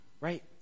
right